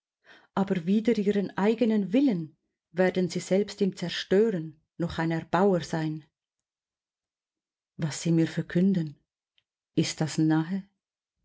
aber wider ihren eigenen willen werden sie selbst im zerstören noch ein erbauer sein was sie mir verkünden ist das nahe